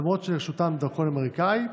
למרות שברשותם דרכון אמריקאי,